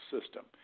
system